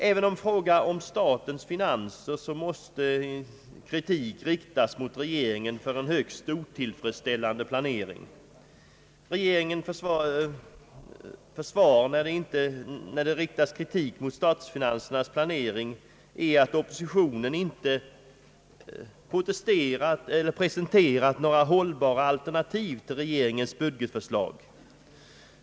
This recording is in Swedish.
Även i fråga om statens finanser måste kritik riktas mot regeringen för en högst otillfredsställande planering. Re geringens försvar när det riktas kritik mot statsfinansernas planering är att oppositionen inte presterat några håll-- bara alternativ till regeringens budgetförslag.